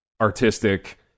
artistic